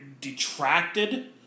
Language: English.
detracted